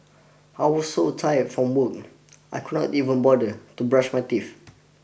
I was so tired from work I could not even bother to brush my teeth